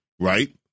right